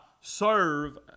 serve